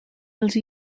els